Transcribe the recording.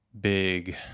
big